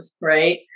Right